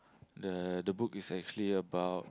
the the book is actually about